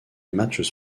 matchs